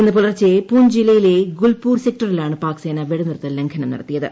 ഇന്ന് പുലർച്ചെ പൂഞ്ച് ജില്ലയിലെ ഗുൽപൂർ സെക്ടറിലാണ് പാക്സേന വെടിനിർത്തൽ ലംഘനം നടത്തിയത്